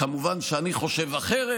כמובן שאני חושב אחרת,